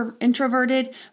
introverted